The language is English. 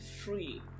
free